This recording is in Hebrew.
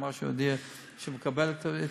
אז הוא אמר שהוא מקבל את ההתפטרות,